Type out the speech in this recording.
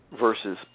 versus